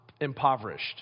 impoverished